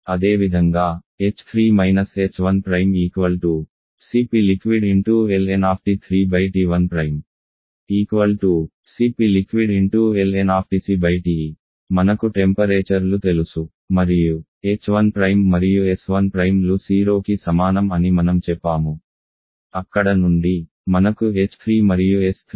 అదేవిధంగా h3 h1 Cpliq lnT3T1 Cpliq lnTCTE మనకు temperature లు తెలుసు మరియు h1 మరియు s1 లు 0కి సమానం అని మనం చెప్పాము అక్కడ నుండి మనకు h3 మరియు s3